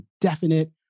definite